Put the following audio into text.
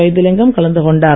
வைத்திலிங்கம் கலந்து கொண்டார்